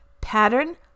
pattern